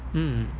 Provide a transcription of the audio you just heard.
mm